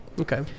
Okay